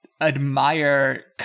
admire